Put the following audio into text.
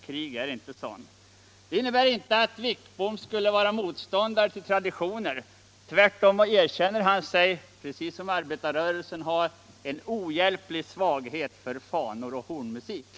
Krig är inte sånt.” Det innebär inte att Wickbom skulle vara motståndare till traditioner — tvärtom erkänner han sig liksom arbetarrörelsen ”ha en ohjälplig svaghet för fanor och hornmusik”.